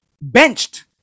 benched